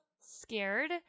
scared